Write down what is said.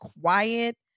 quiet